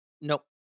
nope